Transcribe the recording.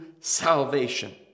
salvation